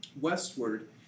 westward